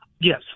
Yes